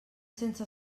sense